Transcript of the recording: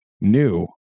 new